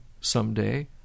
someday